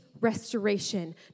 restoration